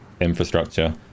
infrastructure